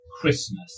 Christmas